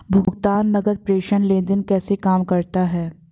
भुगतान नकद प्रेषण लेनदेन कैसे काम करता है?